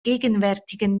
gegenwärtigen